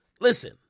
listen